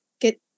get